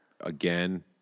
again